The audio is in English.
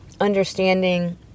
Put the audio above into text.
understanding